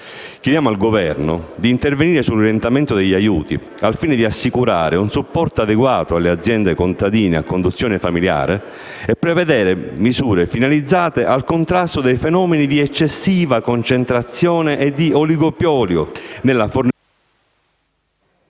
Chiediamo al Governo di intervenire sull'orientamento degli aiuti al fine di assicurare un supporto adeguato alle aziende contadine a conduzione familiare e prevedere misure finalizzate al contrasto dei fenomeni di eccessiva concentrazione e di oligopolio nella fornitura delle